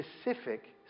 specific